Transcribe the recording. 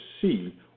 see